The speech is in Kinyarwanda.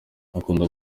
akunda